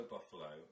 Buffalo